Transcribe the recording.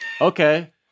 okay